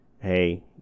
hey